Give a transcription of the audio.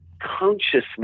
consciousness